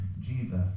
Jesus